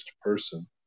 person